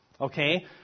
okay